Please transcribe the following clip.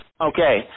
okay